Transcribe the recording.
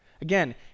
Again